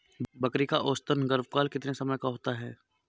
बकरी का औसतन गर्भकाल कितने समय का होता है?